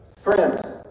Friends